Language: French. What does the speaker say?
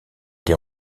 des